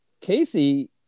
Casey